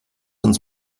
uns